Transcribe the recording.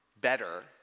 better